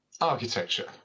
architecture